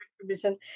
commission